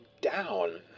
down